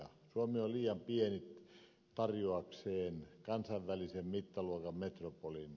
suomi on liian pieni tarjotakseen kansainvälisen mittaluokan metropolin